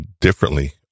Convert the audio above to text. differently